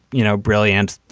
you know, brilliant.